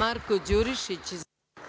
Marko Đurišić.